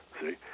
see